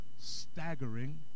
staggering